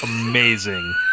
Amazing